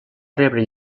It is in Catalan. rebre